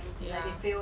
ya